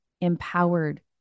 empowered